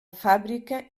fàbrica